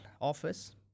office